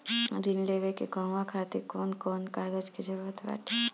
ऋण लेने के कहवा खातिर कौन कोन कागज के जररूत बाटे?